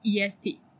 EST